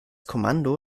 kommando